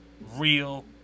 real